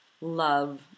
love